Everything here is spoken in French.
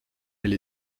elle